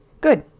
Good